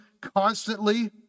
constantly